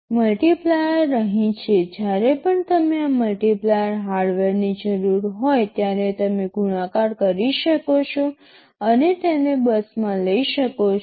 multiplier અહીં છે જ્યારે પણ તમને આ મલ્ટીપ્લાયર હાર્ડવેરની જરૂર હોય ત્યારે તમે ગુણાકાર કરી શકો છો અને તેને બસમાં લઈ શકો છો